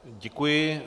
Děkuji.